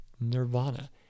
nirvana